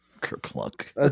Kerplunk